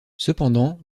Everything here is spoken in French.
cependant